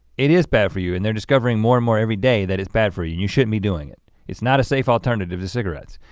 it is bad for you and they're discovering more and more every day that it's bad for you. you shouldn't be doing it. it's not a safe alternative to cigarettes.